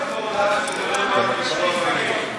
לא זמין.